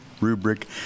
rubric